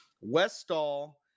Westall